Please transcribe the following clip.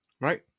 Right